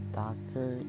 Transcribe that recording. doctor